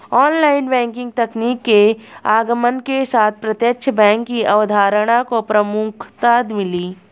online banking तकनीक के आगमन के साथ प्रत्यक्ष बैंक की अवधारणा को प्रमुखता मिली